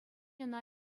ӑна